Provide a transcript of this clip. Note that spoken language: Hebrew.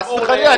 חס וחלילה.